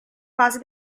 fase